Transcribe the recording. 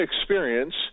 experience